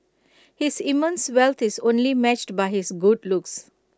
his immense wealth is only matched by his good looks